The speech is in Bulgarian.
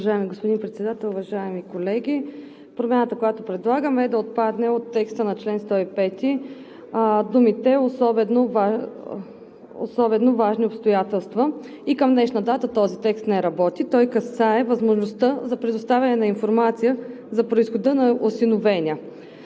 Уважаеми господин Председател, уважаеми колеги! Промяната, която предлагаме, е да отпаднат от текста на чл. 105 думите: „особено важни обстоятелства“. И към днешна дата този текст не работи. Той касае възможността за предоставяне на информация за произхода на осиновения.